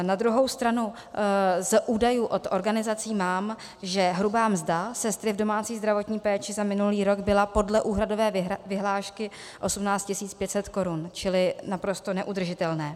Na druhou stranu z údajů od organizací mám, že hrubá mzda sestry v domácí zdravotní péči za minulý rok byla podle úhradové vyhlášky 18 500 korun, čili naprosto neudržitelné.